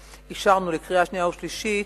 לקריאה שנייה ולקריאה שלישית,